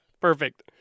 perfect